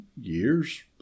years